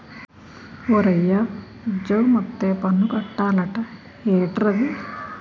ఓరయ్యా ఉజ్జోగమొత్తే పన్ను కట్టాలట ఏట్రది